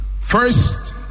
First